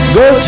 go